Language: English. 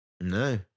No